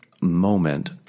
moment